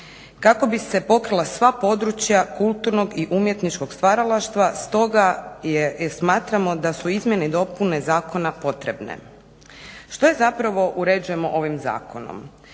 kako bi se pokrila sva područja kulturnog i umjetničkog stvaralaštva stoga smatramo da su izmjene i dopune zakona potrebne. Što zapravo uređujemo ovim zakonom?